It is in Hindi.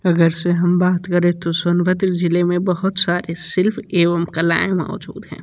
अगर से हम बात करें तो सोनभद्र ज़िले में बहुत सारे शिल्प एवम कलाएँ मौजुद हैं